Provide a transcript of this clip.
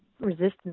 resistance